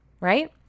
right